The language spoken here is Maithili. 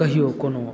कहियो कोनो